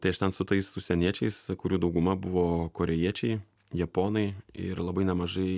tai aš ten su tais užsieniečiais kurių dauguma buvo korėjiečiai japonai ir labai nemažai